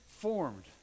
formed